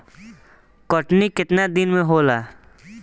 कटनी केतना दिन में होला?